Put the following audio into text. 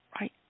Right